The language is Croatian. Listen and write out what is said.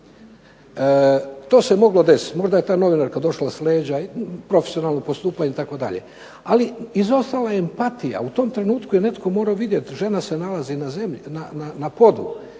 To se moglo desiti, možda je ta novinarka došla s leđa, profesionalno postupanje itd. ali izostala je empatija. U tom trenutku je netko morao vidjeti, žena se nalazi na